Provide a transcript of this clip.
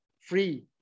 free